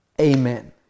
amen